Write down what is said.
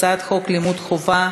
הצעת חוק לימוד חובה